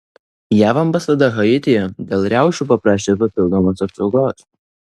jav ambasada haityje dėl riaušių paprašė papildomos apsaugos